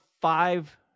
five